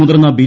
മുതിർന്ന ബി